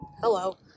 hello